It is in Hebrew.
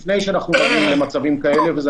לפני שאנחנו מגיעים למצבים כאלה וזה